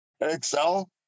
excel